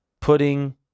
Putting